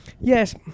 Yes